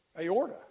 aorta